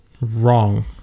Wrong